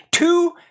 Two